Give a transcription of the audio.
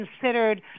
considered